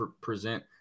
present